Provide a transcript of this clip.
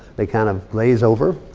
they kind of glaze over.